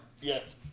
Yes